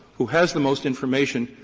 who has the most information,